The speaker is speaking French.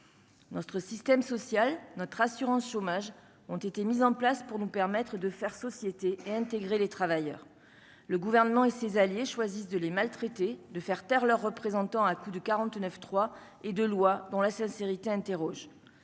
notre système social, notre assurance chômage ont été mises en place pour nous permettre de faire société et intégrer les travailleurs, le gouvernement et ses alliés choisissent de les maltraiter, de faire taire leurs représentants à coups de 49 3 et de lois dont la sincérité interroges,